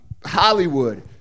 Hollywood